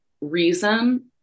reason